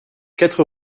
quatre